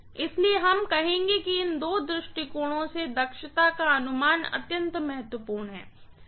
इसलिए हम कहेंगे कि इन दो दृष्टिकोणों से दक्षता का अनुमान अत्यंत महत्वपूर्ण है